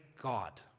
God